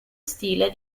stile